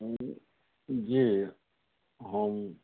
जी हम